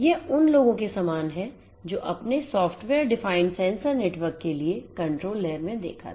यह उन लोगों के समान है जो आपने सॉफ्टवेयर परिभाषित सेंसर नेटवर्क के लिए Controlलेयर में देखा था